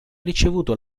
ricevuto